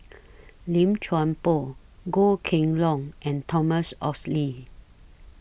Lim Chuan Poh Goh Kheng Long and Thomas Oxley